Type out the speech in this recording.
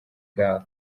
gaal